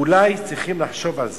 אולי צריכים לחשוב על זה,